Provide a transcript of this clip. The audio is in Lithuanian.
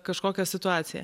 kažkokią situaciją